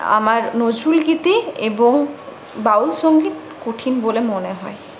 আমার নজরুল গীতি এবং বাউল সঙ্গীত কঠিন বলে মনে হয়